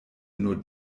nur